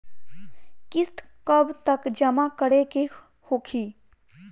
किस्त कब तक जमा करें के होखी?